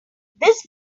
this